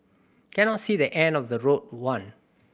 cannot see the end of the road one